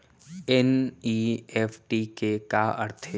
NEFT के का अर्थ है?